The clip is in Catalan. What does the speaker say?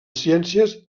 ciències